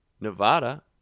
Nevada